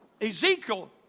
Ezekiel